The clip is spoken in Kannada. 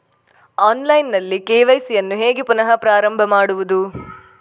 ಆನ್ಲೈನ್ ನಲ್ಲಿ ಕೆ.ವೈ.ಸಿ ಯನ್ನು ಹೇಗೆ ಪುನಃ ಪ್ರಾರಂಭ ಮಾಡುವುದು?